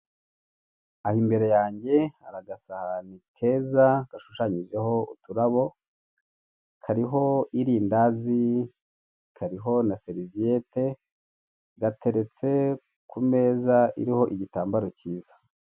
Aha imbere yange hari agasahani keza gashushanyijeho uturabo, kariho irindazi, kariho na seriviyete, gateretse ku meza iriho igitambaro kiza.